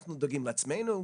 אנחנו דואגים לעצמנו,